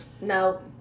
No